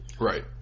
Right